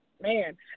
man